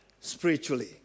spiritually